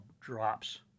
drops